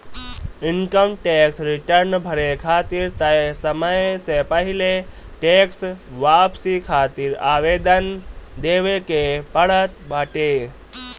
income tax return भरे खातिर तय समय से पहिले टेक्स वापसी खातिर आवेदन देवे के पड़त बाटे